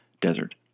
desert